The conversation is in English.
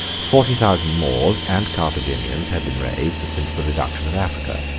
forty thousand moors and carthaginians had been raised since the reduction of africa.